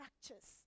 structures